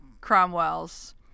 Cromwell's